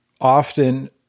often